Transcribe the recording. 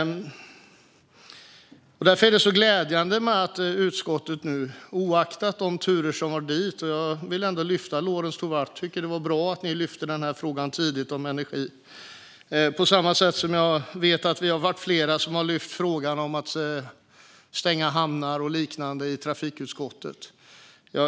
Oavsett olika turer i utskottet vill jag lyfta fram Lorentz Tovatt och Miljöpartiet, som tidigt tog upp energifrågan. I trafikutskottet har ju Kristdemokraterna med flera lyft upp frågan om att stänga hamnar med mera.